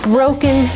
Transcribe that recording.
Broken